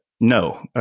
No